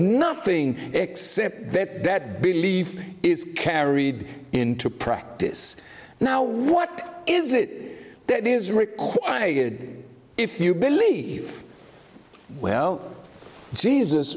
nothing except that that belief is carried into practice now what is it that is required if you believe well jesus